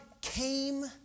came